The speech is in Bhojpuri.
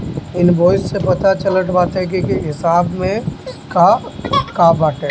इनवॉइस से पता चलत बाटे की हिसाब में का का बाटे